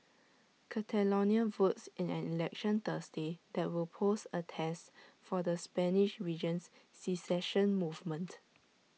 Catalonia votes in an election Thursday that will pose A test for the Spanish region's secession movement